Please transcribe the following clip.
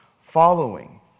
Following